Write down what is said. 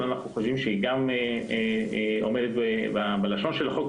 אבל אנחנו חושבים שהיא עומדת בלשון החוק,